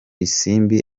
isimbi